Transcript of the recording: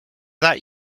that